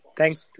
Thanks